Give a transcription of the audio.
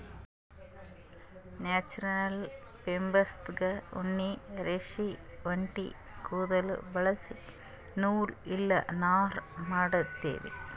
natural ಫೈಬರ್ಸ್ದಾಗ್ ಉಣ್ಣಿ ರೇಷ್ಮಿ ಒಂಟಿ ಕುದುಲ್ ಬಳಸಿ ನೂಲ್ ಇಲ್ಲ ನಾರ್ ಮಾಡ್ತೀವಿ